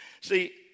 See